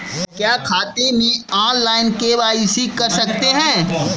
क्या खाते में ऑनलाइन के.वाई.सी कर सकते हैं?